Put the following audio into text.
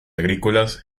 agrícolas